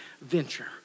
venture